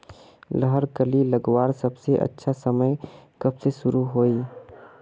लहर कली लगवार सबसे अच्छा समय कब से शुरू होचए?